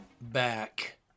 back